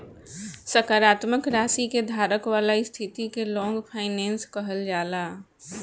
सकारात्मक राशि के धारक वाला स्थिति के लॉन्ग फाइनेंस कहल जाला